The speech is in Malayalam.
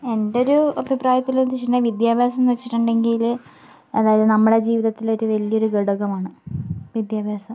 എൻ്റെ ഒരു അഭിപ്രായത്തിലെന്തെന്നു വെച്ചിട്ടുണ്ടെങ്കിൽ വിദ്യാഭ്യാസം എന്നു വെച്ചിട്ടുണ്ടെങ്കില് അതായത് നമ്മുടെ ജീവിതത്തിലൊരു വലിയൊരു ഘടകമാണ് വിദ്യാഭ്യാസം